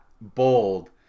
bold